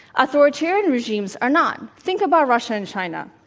authoritarian regimes are not. think about russia and china,